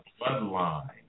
bloodline